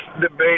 debate